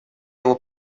его